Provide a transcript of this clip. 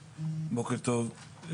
בוקר טוב.